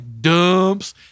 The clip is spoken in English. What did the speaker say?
dumps